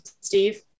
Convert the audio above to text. Steve